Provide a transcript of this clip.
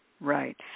Right